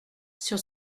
sur